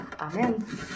Amen